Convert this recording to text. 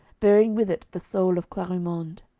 bearing with it the soul of clarimonde.